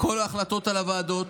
כל ההחלטות על הוועדות.